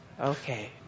Okay